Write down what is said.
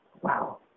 Wow